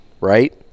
right